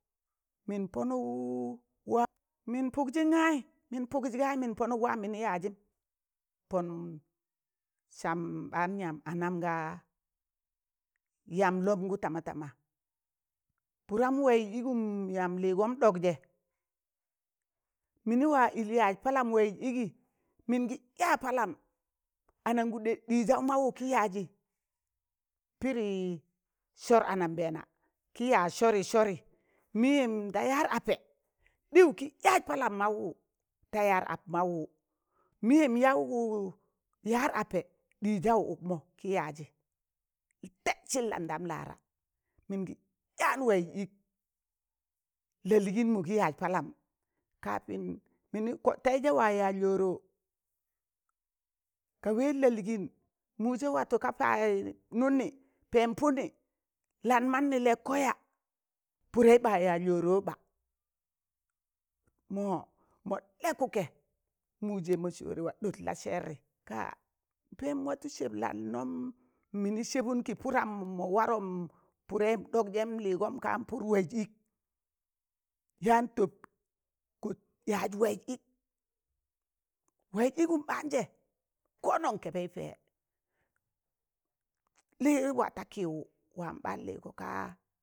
Mịn panụk wam mịn pụgjịn gaị mịn pụnụk wam mịnị yaajịm, pọn sam ɓaan yam anam gaa yam lọmgụ tamatama, pụran waịz ịgụm yam lịịgọm ɗọk zẹ, mịnị wa ịl yaz palam waịz ịgị mịngị ya palam, anan gụdẹ ɗịzaụ maụwụ gị yazị pịdị sọr anmbẹẹna kị yazị sọrị sọrị mịyem da yar apẹ ɗịwụ kịyaz palam maụwụ, ta yar ap mụwụ mịyẹm yaụgụ yar ape ɗịịzaụ ụkmọ tẹdsịn ladan laara mịn gi yaan waịz ịk, la lịịnmụ kị yaz palam, kapin kọ tẹịzẹ wa yaz lọrọ, ka wẹẹn lalịịn mụjẹ watụ ka pas nụnị pẹm pụnị lan mannị lẹk kọ ya? pụdẹị ɓa yaz rọrọ ɓa, mọ- mọ lẹkụkẹ mụjẹ mọ sọọrẹ wa ɗot la sẹẹrị, ka pẹm watụ sẹb lannọm mịnị sẹbụn kị pụdam mọ warom pụdẹyụm ɗok jẹ, lịịgọm kọ pụrụụ waịz ịk, yaan tọp kọt yaz waịz ịk, waịz ịgụm ɓaanje, ko non kẹbẹị pẹ lị wa ta kịwụ wam ɓaan lịịgo kaa